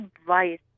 advice